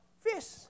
fish